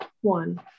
one